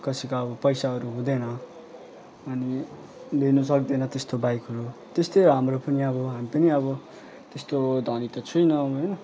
कसैको अब पैसाहरू हुँदैन अनि लिनुसक्दैन त्यस्तो बाइकहरू त्यस्तै हो हाम्रो पनि अब हामी पनि अब त्यस्तो धनी त छुइनँ अब होइन